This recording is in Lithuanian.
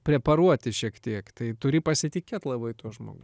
preparuoti šiek tiek tai turi pasitikėt labai tuo žmogum